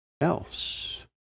else